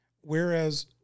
whereas